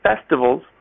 festivals